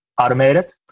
automated